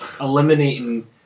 eliminating